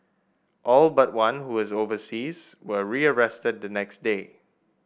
all but one who was overseas were rearrested the next day